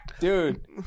Dude